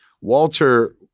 Walter